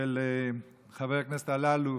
של חבר הכנסת אלאלוף,